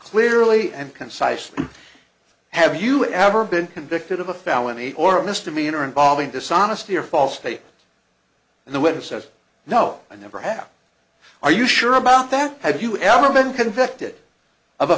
clearly and concisely have you ever been convicted of a felony or misdemeanor involving dishonesty or false faith in the witnesses no i never have are you sure about that have you ever been convicted of a